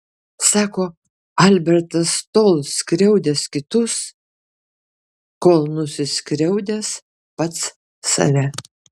sako albertas tol skriaudęs kitus kol nusiskriaudęs pats save